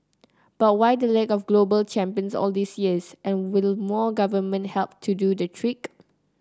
but why the lack of global champions all these years and will more government help do the trick